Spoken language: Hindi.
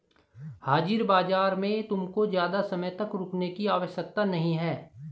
हाजिर बाजार में तुमको ज़्यादा समय तक रुकने की आवश्यकता नहीं है